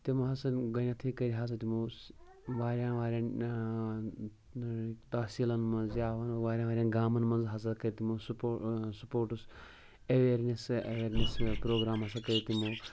تِمو ہسا گۄڈٕنٮ۪تھٕے کٔرۍ ہسا تِمو واریاہن واریاہن تحصیٖلن منٛز یا وَنو واریاہَن واریاہَن گامَن منٛز ہسا کٔرۍ تِمو سٕپو سپوٹٕس اٮ۪ویرنیس اٮ۪ویرنیس پرٛوگرام ہسا کٔرۍ تِمو